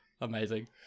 Amazing